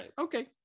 okay